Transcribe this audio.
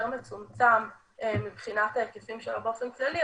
מצומצם מבחינת ההיקפים שלו באופן כללי,